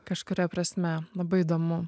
kažkuria prasme labai įdomu